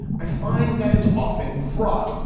i find that it's often fraught.